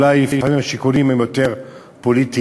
אולי לפעמים השיקולים הם יותר פוליטיים.